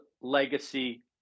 legacy